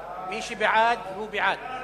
מי שבעד, בעד.